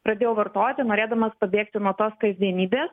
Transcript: pradėjau vartoti norėdamas pabėgti nuo tos kasdienybės